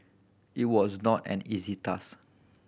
it was not an easy task